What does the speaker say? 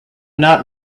not